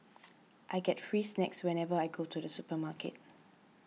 I get free snacks whenever I go to the supermarket